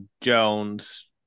Jones